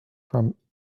from